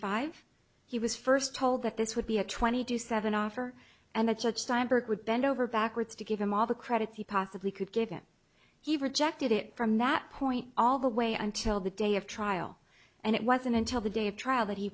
five he was first told that this would be a twenty do seven offer and the judge steinberg would bend over backwards to give him all the credit he possibly could given he rejected it from that point all the way until the day of trial and it wasn't until the day of trial that he